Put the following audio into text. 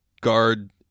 guard